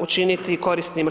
učiniti korisnim u čitavoj zajednici.